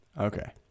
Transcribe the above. Okay